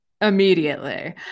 immediately